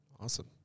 Awesome